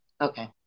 Okay